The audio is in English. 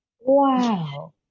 Wow